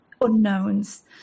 unknowns